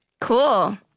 Cool